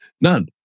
none